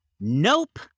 Nope